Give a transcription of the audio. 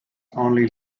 only